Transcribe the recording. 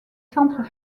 centres